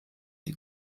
die